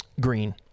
green